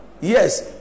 Yes